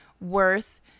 worth